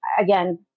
again